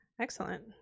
Excellent